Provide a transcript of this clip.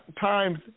times